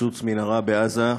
בפיצוץ מנהרה בעזה.